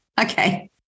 Okay